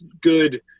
good